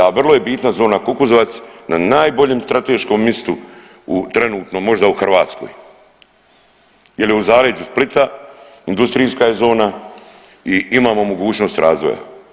A vrlo je bitna zona Kukuzovac na najboljem strateškom mistu trenutno možda u Hrvatskoj ili u zaleđu Splita industrijska je zona i imamo mogućnost razvoja.